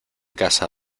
casa